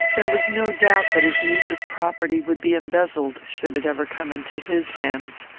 there was no doubt that his niece's property would be embezzled should it ever come into his hands,